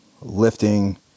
lifting